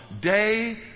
Day